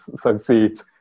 succeed